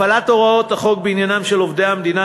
הפעלת הוראות החוק בעניינם של עובדי המדינה